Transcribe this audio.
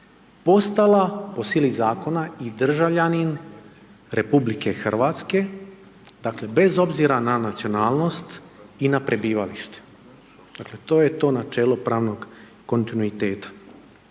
postala po sili zakona i državljanin RH, dakle bez obzira na nacionalnost i na prebivalište, dakle to je to načelo pravnog kontinuiteta.